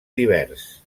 divers